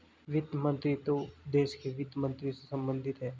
वित्त मंत्रीत्व देश के वित्त मंत्री से संबंधित है